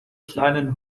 kleinen